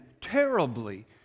terribly